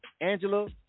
Angela